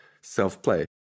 self-play